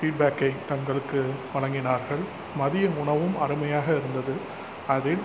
ஃபீட்பேக்கை தங்களுக்கு வழங்கினார்கள் மதியம் உணவும் அருமையாக இருந்தது அதில்